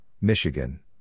Michigan